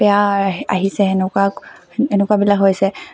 বেয়া আহিছে তেনেকুৱা তেনেকুৱাবিলাক হৈছে